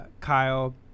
Kyle